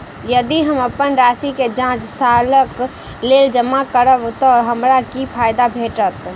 यदि हम अप्पन राशि केँ पांच सालक लेल जमा करब तऽ हमरा की फायदा भेटत?